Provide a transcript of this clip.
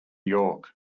york